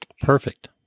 Perfect